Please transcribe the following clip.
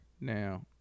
Now